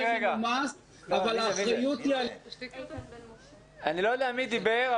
אני לא יודע מי דיבר,